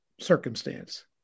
circumstance